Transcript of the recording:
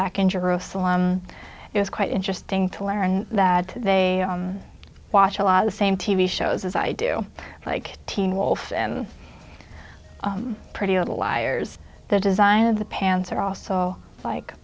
back in jerusalem it was quite interesting to learn that they watch a lot of the same t v shows as i do like teen wolf pretty little liars the design of the pants are also like